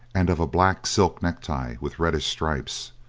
and of a black silk necktie with reddish stripes.